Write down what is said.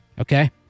Okay